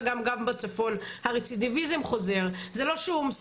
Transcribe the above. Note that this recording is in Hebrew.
אגב, גם בצפון.